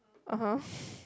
(uh huh)